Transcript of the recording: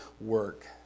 work